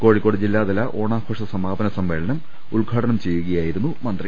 കോഴിക്കോട് ജില്ലാതല ഓണാഘോഷ സമാപന സമ്മേ ളനം ഉദ്ഘാടനം ചെയ്യുകയായിരുന്നു മന്ത്രി